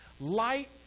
Light